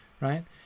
right